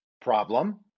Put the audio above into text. problem